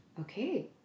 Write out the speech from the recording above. okay